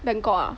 Bangkok ah